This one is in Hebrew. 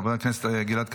חבר הכנסת גלעד קריב,